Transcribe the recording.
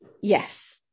Yes